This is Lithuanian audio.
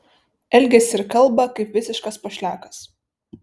elgiasi ir kalba kaip visiškas pošliakas